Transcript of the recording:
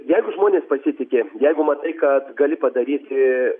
jeigu žmonės pasitiki jeigu matai kad gali padaryti